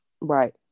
Right